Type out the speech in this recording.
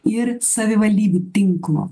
ir savivaldybių tinklo